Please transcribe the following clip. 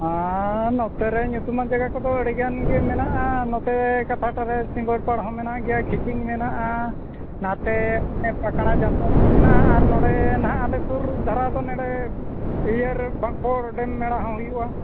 ᱦᱚᱸ ᱱᱚᱛᱮᱨᱮ ᱧᱩᱛᱩᱢᱟᱢ ᱡᱟᱭᱜᱟ ᱠᱚᱫᱚ ᱟᱹᱰᱤᱜᱟᱱ ᱜᱮ ᱢᱮᱱᱟᱜᱼᱟ ᱱᱚᱛᱮ ᱠᱟᱛᱷᱟᱴᱟ ᱨᱮ ᱥᱤᱸᱜᱟᱹᱲᱯᱟᱲ ᱦᱚᱸ ᱢᱮᱱᱟᱜ ᱜᱮᱭᱟ ᱠᱷᱤᱪᱤᱝ ᱢᱮᱱᱟᱜᱼᱟ ᱱᱟᱛᱮ ᱯᱟᱠᱲᱟ ᱡᱟᱱᱛᱷᱟᱲ ᱠᱚ ᱢᱮᱱᱟᱜᱼᱟ ᱟᱨ ᱱᱚᱰᱮ ᱱᱟᱦᱟᱜ ᱟᱞᱮ ᱥᱩᱨ ᱫᱷᱟᱨᱟ ᱫᱚ ᱱᱚᱰᱮ ᱤᱭᱟᱹᱨᱮ ᱵᱟᱠᱵᱚᱲ ᱰᱮᱢ ᱢᱮᱲᱟ ᱦᱚᱸ ᱦᱩᱭᱩᱜᱼᱟ